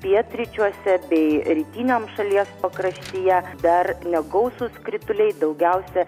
pietryčiuose bei rytiniam šalies pakraštyje dar negausūs krituliai daugiausia